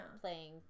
playing